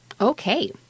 Okay